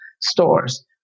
stores